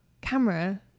camera